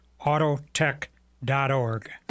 autotech.org